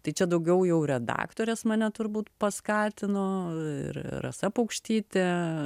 tai čia daugiau jau redaktorės mane turbūt paskatino ir rasa paukštytė